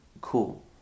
cool